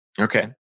Okay